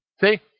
See